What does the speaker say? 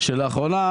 לציין שלאחרונה,